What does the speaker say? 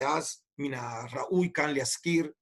אז מן הראוי כאן להזכיר